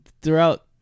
throughout